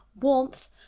warmth